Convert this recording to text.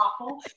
awful